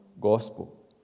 gospel